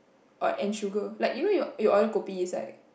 or and sugar like you know your your order kopi is like